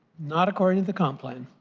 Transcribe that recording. not according to the compound.